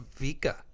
Vika